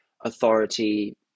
authority